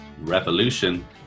revolution